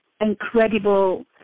incredible